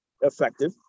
effective